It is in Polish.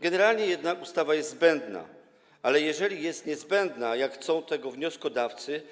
Generalnie jednak ustawa jest zbędna, ale jeżeli jest niezbędna, jak chcą tego wnioskodawcy,